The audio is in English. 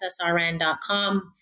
SSRN.com